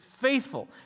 faithful